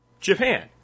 Japan